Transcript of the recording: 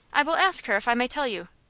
i will ask her if i may tell you.